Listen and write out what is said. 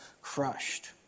crushed